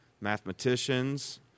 mathematicians